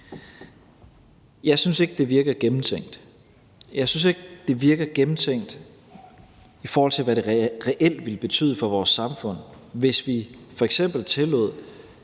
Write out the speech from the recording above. Jeg synes ikke, at det virker gennemtænkt. Jeg synes ikke, at det virker gennemtænkt, i forhold til hvad det reelt ville betyde for vores samfund, hvis vi f.eks. tillod,